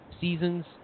seasons